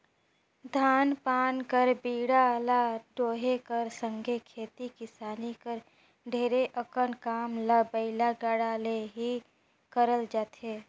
धान पान कर बीड़ा ल डोहे कर संघे खेती किसानी कर ढेरे अकन काम ल बइला गाड़ा ले ही करल जाथे